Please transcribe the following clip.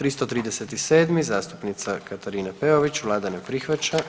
337. zastupnica Katarina Peović, Vlada ne prihvaća.